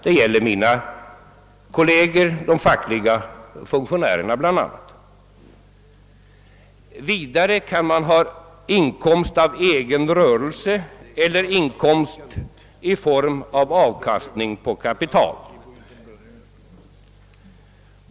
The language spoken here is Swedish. Det gäller mina kolleger, bl.a. de som är fackliga funktionärer. Vidare kan man ha inkomst av egen rörelse eller inkomst i form av avkastning på kapital.